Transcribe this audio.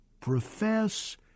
profess